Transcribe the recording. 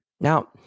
Now